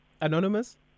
Anonymous